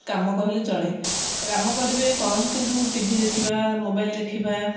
କାମ କହିଲେ ଚଳେ କାମ କରିବେ କମ କିନ୍ତୁ ଟି ଭି ଦେଖିବା ମୋବାଇଲ ଦେଖିବା